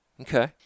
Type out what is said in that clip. Okay